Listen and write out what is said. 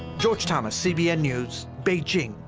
george thomas, cbn news, beijing,